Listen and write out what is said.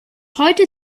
heute